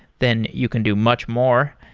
then you can do much more.